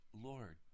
Lord